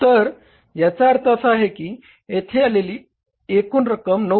तर याचा अर्थ असा आहे की येथे आलेली एकूण रक्कम 9